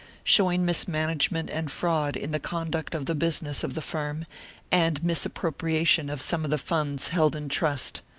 showing mismanagement and fraud in the conduct of the business of the firm and misappropriation of some of the funds held in trust.